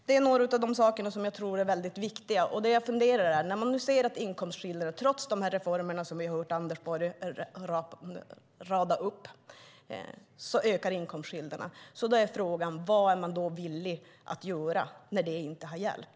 Det är några av de saker som jag tror är väldigt viktiga. Trots de reformer som vi har hört Anders Borg rada upp ökar inkomstskillnaderna. Då är frågan: Vad är man villig att göra när de inte har hjälpt?